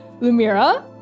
Lumira